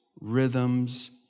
rhythms